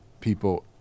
people